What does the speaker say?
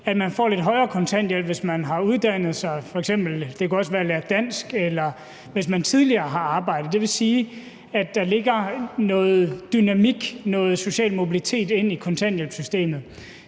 at man får en lidt højere kontanthjælp, hvis man har uddannet sig – det kunne også være at have lært dansk – eller hvis man tidligere har arbejdet. Det vil sige, at der lægges noget dynamik, noget social mobilitet ind i kontanthjælpssystemet.